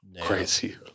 Crazy